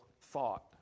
thought